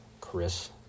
Chris